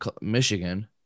Michigan